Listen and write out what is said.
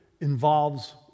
involves